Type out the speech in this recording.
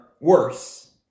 worse